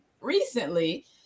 recently